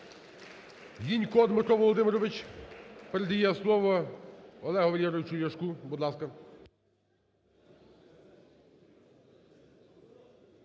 Дякую.